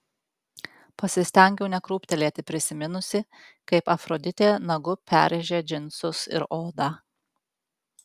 pasistengiau nekrūptelėti prisiminusi kaip afroditė nagu perrėžė džinsus ir odą